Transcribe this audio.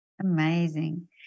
Amazing